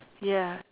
ya